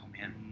man